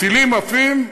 הטילים עפים,